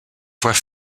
voix